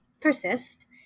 persist